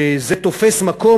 שהעגלה תופסת מקום,